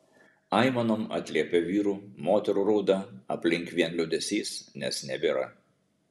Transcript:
aimanom atliepia vyrų moterų rauda aplink vien liūdesys nes nebėra